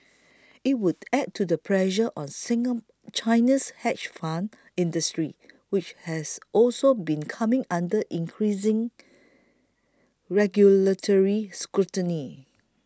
it would add to the pressure on China's hedge fund industry which has also been coming under increasing regulatory scrutiny